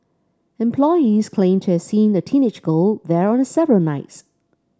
employees claimed to have seen a teenage girl there on several nights